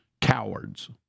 Cowards